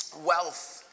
wealth